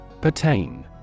Pertain